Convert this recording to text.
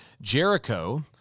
Jericho